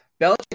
Belichick